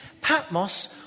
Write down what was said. Patmos